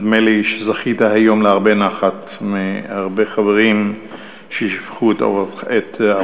נדמה לי שזכית היום להרבה נחת מהרבה חברים ששיבחו את עבודתך.